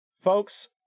folks